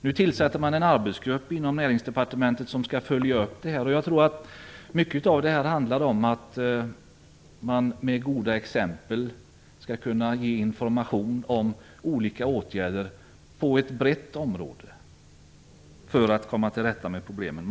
Nu tillsätter man en arbetsgrupp inom Näringsdepartementet som skall följa upp det här. Mycket handlar om att man med goda exempel skall kunna ge information om olika åtgärder på ett brett område, för att komma till rätta med problemen.